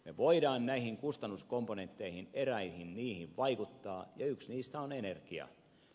me voimme näihin kustannuskomponentteihin eräihin niistä vaikuttaa ja yksi niistä on energia